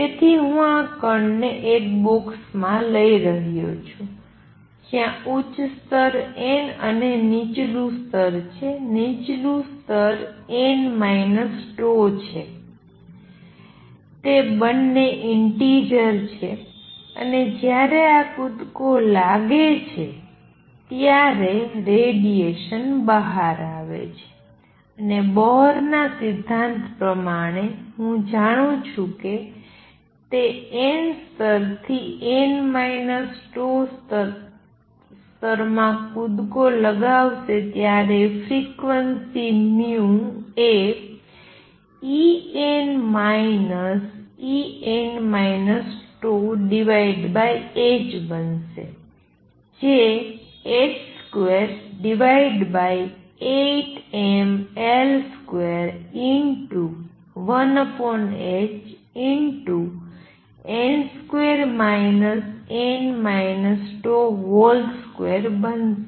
તેથી હું આ કણને એક બોક્સમાં લઈ રહ્યો છું જ્યાં ઉચ્ચ સ્તર n અને નીચલુ સ્તર છે નીચલું સ્તર n τ છે તે બંને ઇંટીજર છે અને જ્યારે આ કૂદકો લાગે છે ત્યારે રેડીએશન બહાર આવે છે અને બોહર ના સિદ્ધાંત પ્રમાણે હું જાણું છું કે જ્યારે તે n સ્તરથી n τ સ્તર માં કૂદકો લગાવશે ત્યારે ફ્રિક્વન્સી v એ En En τh બનશે જે h28mL21hn2 n τ2 બનશે